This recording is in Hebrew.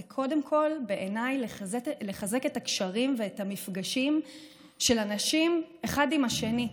בעיניי קודם כול לחזק את הקשרים ואת המפגשים של אנשים אחד עם השני.